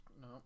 no